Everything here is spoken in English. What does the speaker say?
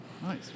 Nice